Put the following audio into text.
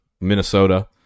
Minnesota